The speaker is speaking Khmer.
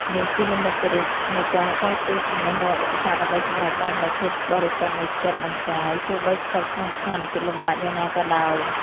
នេះជានិមិត្តរូបនៃការតស៊ូជំនះរាល់ឧបសគ្គដើម្បីសម្រេចបាននូវភាពបរិសុទ្ធនៃចិត្ត និងកាយ ទោះបីស្ថិតក្នុងស្ថានភាពលំបាកយ៉ាងណាក៏ដោយ។